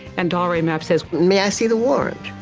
and dollree mapp says may i see the warrant?